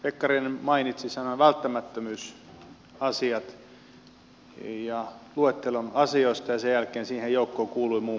pekkarinen mainitsi sanan välttämättömyysasiat ja luettelon asioista ja sen jälkeen siihen joukkoon kuului muun muassa ravintolaruoka